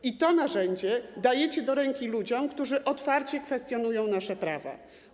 I to narzędzie dajecie do ręki ludziom, którzy otwarcie kwestionują nasze prawa.